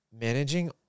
managing